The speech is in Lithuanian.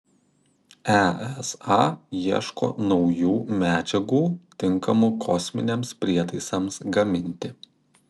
esa ieško naujų medžiagų tinkamų kosminiams prietaisams gaminti